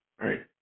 Right